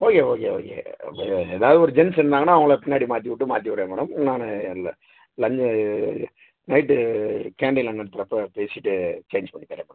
okay okay okay இப்போ ஏதாவது ஒரு ஜென்ட்ஸ் இருந்தாங்கன்னால் அவங்கள பின்னாடி மாற்றி விட்டு மாற்றி விட்றேன் மேடம் நான் இல்லை நைட்டு நைட்டு கேண்டீனில் நிறுத்துகிறப்ப பேசிவிட்டு சேஞ்ச் பண்ணித்தரேன் மேடம்